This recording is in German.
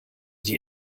die